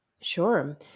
Sure